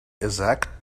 exact